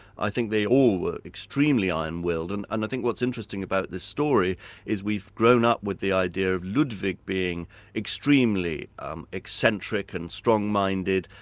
i think they all were extremely iron-willed and i and think what's interesting about this story is we've grown up with the idea of ludwig being extremely um eccentric and strong-minded.